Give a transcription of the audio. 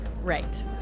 Right